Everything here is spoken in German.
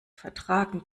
vertragen